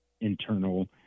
internal